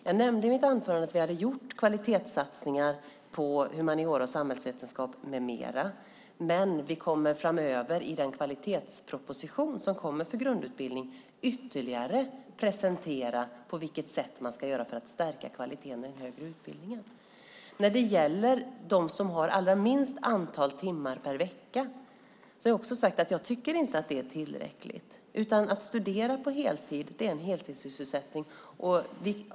Jag nämnde i mitt anförande att vi har gjort kvalitetssatsningar på humaniora, samhällsvetenskap med mera. Vi kommer dock i den kommande kvalitetspropositionen för grundutbildning att ytterligare presentera på vilket sätt man ska stärka kvaliteten i den högre utbildningen. När det gäller dem som har allra minst antal timmar per vecka har jag sagt att det inte är tillräckligt. Att studera på heltid är en heltidssysselsättning.